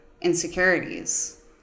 insecurities